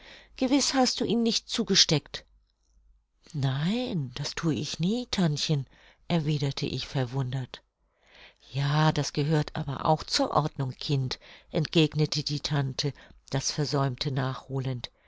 gewiß hast du ihn nicht zugesteckt nein das thue ich nie tantchen erwiderte ich verwundert ja das gehört aber auch zur ordnung kind entgegnete die tante das versäumte nachholend